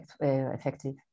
effective